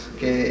que